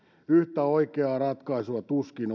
yhtä oikeaa ratkaisua tuskin